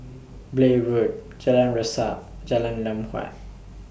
Blair Road Jalan Resak Jalan Lam Huat